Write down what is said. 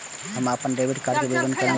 हम अपन debit card के विवरण केना देखब?